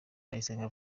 ndayisenga